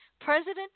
President